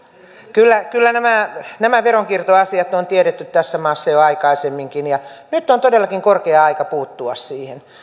kyllä kyllä nämä nämä veronkiertoasiat on tiedetty tässä maassa jo aikaisemminkin ja nyt on todellakin korkea aika puuttua siihen